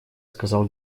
сказал